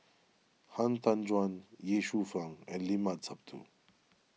Han Tan Juan Ye Shufang and Limat Sabtu